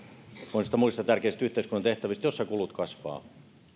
monista muista tärkeistä yhteiskunnan tehtävistä joissa kulut kasvavat